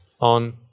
on